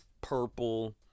purple